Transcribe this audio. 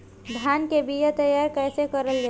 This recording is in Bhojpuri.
धान के बीया तैयार कैसे करल जाई?